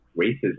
racism